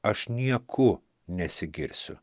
aš nieku nesigirsiu